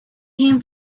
him